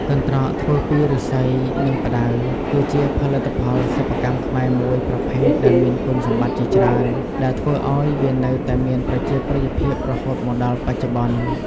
កន្ត្រកធ្វើពីឫស្សី និងផ្តៅ គឺជាផលិតផលសិប្បកម្មខ្មែរមួយប្រភេទដែលមានគុណសម្បត្តិជាច្រើន ដែលធ្វើឲ្យវានៅតែមានប្រជាប្រិយភាពរហូតមកដល់បច្ចុប្បន្ន។